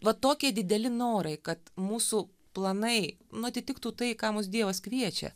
va tokie dideli norai kad mūsų planai nu atitiktų tai į ką mus dievas kviečia